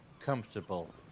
comfortable